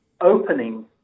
opening